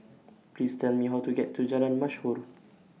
Please Tell Me How to get to Jalan Mashhor